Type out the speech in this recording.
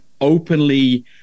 openly